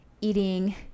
Eating